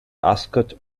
ascot